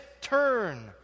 turn